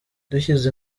dushyize